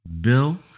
Bill